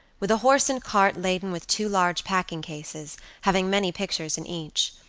with a horse and cart laden with two large packing cases, having many pictures in each.